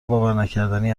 باورنکردنی